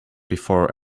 before